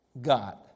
God